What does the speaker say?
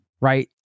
right